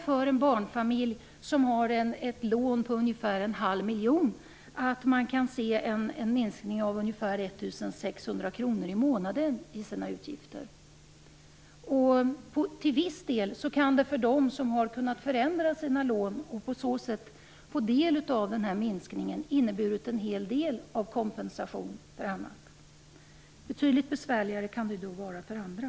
För en barnfamilj som har ett lån på ungefär en halv miljon innebär det minskade utgifter med ungefär 1 600 kr i månaden. För dem som har kunnat förändra sina lån och på så sätt kunnat få del av räntesänkningen har det inneburit en hel del av kompensation för annat. Betydligt besvärligare kan det vara för andra.